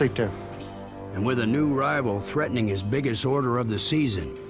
narrator and with a new rival threatening his biggest order of the season.